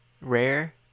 Rare